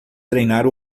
treinar